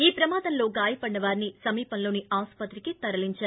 ఈ ప్రమాదంలో గాయపడిన వారిని సమీపంలోని ఆసుపత్రికి తరలించారు